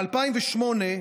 כתף